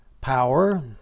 power